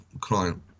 client